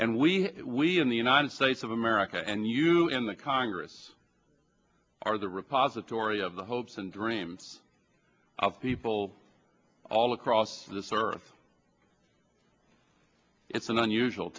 and we we in the united states of america and you in the congress are the repository of the hopes and dreams of people all across this earth it's an unusual